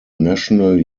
national